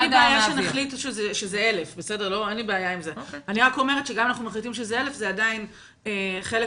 אין לי בעיה שנחליט שזה 1,000. אני רק אומרת שזה עדיין חלק